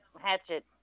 hatchet